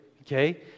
okay